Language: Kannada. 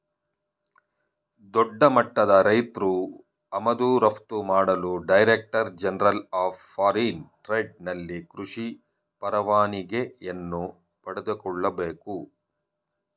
ದೊಡ್ಡಮಟ್ಟದ ರೈತ್ರು ಆಮದು ರಫ್ತು ಮಾಡಲು director general of foreign trade ನಲ್ಲಿ ಕೃಷಿ ಪರವಾನಿಗೆಯನ್ನು ಪಡೆದುಕೊಳ್ಳಬೇಕು